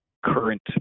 current